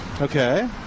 Okay